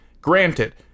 granted